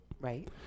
Right